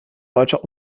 deutscher